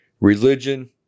Religion